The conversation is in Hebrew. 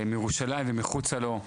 מירושלים ומחוצה לו,